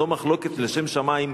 אבל זו מחלוקת לשם שמים,